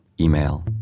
Email